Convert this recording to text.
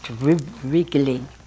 wriggling